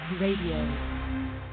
Radio